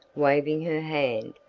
waving her hand,